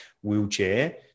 wheelchair